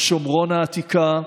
או שומרון העתיקה,